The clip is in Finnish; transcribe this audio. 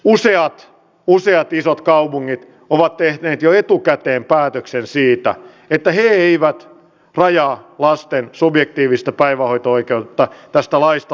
useat useat isot kaupungit ovat tehneet jo etukäteen päätöksen siitä että he eivät rajaa lasten subjektiivista päivähoito oikeutta tästä laista huolimatta